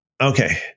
Okay